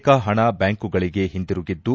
ಬಹುತೇಕ ಹಣ ಬ್ಲಾಂಕುಗಳಗೆ ಹಿಂದಿರುಗಿದ್ದು